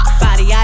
body